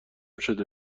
شده